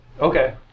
Okay